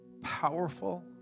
powerful